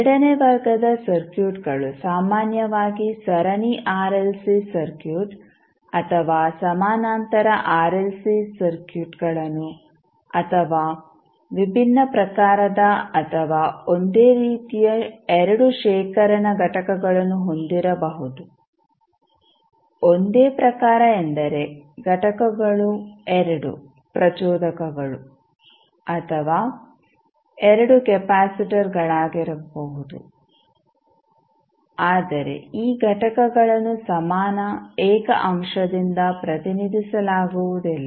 ಎರಡನೇ ವರ್ಗದ ಸರ್ಕ್ಯೂಟ್ಗಳು ಸಾಮಾನ್ಯವಾಗಿ ಸರಣಿ ಆರ್ಎಲ್ಸಿ ಸರ್ಕ್ಯೂಟ್ ಅಥವಾ ಸಮಾನಾಂತರ ಆರ್ಎಲ್ಸಿ ಸರ್ಕ್ಯೂಟ್ಗಳನ್ನು ಅಥವಾ ವಿಭಿನ್ನ ಪ್ರಕಾರದ ಅಥವಾ ಒಂದೇ ರೀತಿಯ 2 ಶೇಖರಣಾ ಘಟಕಗಳನ್ನು ಹೊಂದಿರಬಹುದು ಒಂದೇ ಪ್ರಕಾರ ಎಂದರೆ ಘಟಕಗಳು 2 ಪ್ರಚೋದಕಗಳು ಅಥವಾ 2 ಕೆಪಾಸಿಟರ್ಗಳಾಗಿರಬಹುದು ಆದರೆ ಈ ಘಟಕಗಳನ್ನು ಸಮಾನ ಏಕ ಅಂಶದಿಂದ ಪ್ರತಿನಿಧಿಸಲಾಗುವುದಿಲ್ಲ